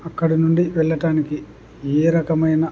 అక్కడి నుండి వెళ్ళటానికి ఏ రకమైన